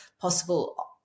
possible